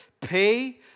pay